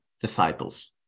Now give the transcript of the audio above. Disciples